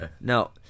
No